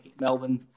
Melbourne